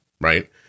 Right